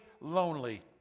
lonely